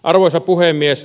arvoisa puhemies